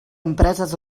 empreses